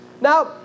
Now